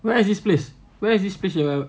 where is this place where is this place you are at